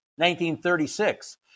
1936